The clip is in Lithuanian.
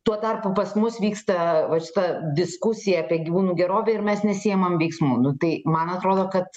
tuo tarpu pas mus vyksta vat šita diskusija apie gyvūnų gerovę ir mes nesiimam veiksmų nu tai man atrodo kad